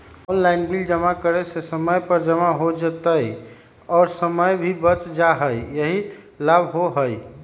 Online bill जमा करे से समय पर जमा हो जतई और समय भी बच जाहई यही लाभ होहई?